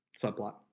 subplot